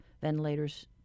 ventilators